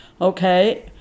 Okay